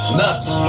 nuts